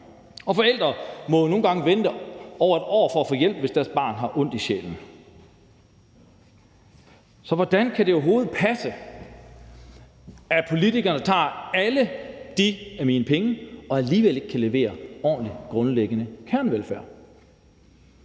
og forældre må nogle gange vente over et år for at få hjælp, hvis deres barn har ondt i sjælen. Hvordan kan det overhovedet passe, at politikerne tager alle de af mine penge og alligevel ikke kan levere ordentlig grundlæggende kernevelfærd?